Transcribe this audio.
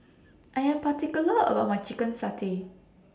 I Am particular about My Chicken Satay